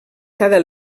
cada